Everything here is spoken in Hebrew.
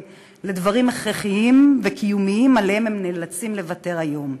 לדברים הכרחיים וקיומיים שעליהם הם נאלצים לוותר היום.